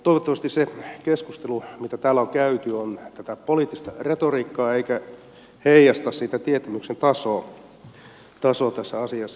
toivottavasti se keskustelu mitä täällä on käyty on tätä poliittista retoriikkaa eikä heijasta sitä tietämyksen tasoa tässä asiassa